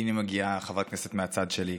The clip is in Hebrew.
הינה מגיעה חברת כנסת מהצד שלי,